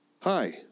hi